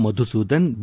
Madhusudan B